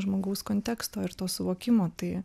žmogaus konteksto ir to suvokimo tai